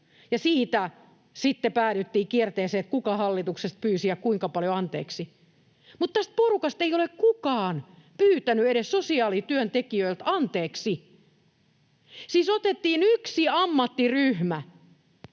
siitä sitten päädyttiin kierteeseen, kuka hallituksessa pyysi ja kuinka paljon anteeksi, mutta tästä porukasta ei ole kukaan pyytänyt edes sosiaalityöntekijöiltä anteeksi. Siis otettiin yksi ammattiryhmä,